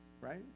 right